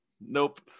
Nope